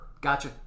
Gotcha